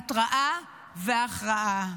התרעה והכרעה.